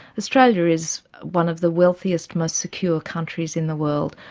australia is one of the wealthiest most secure countries in the world.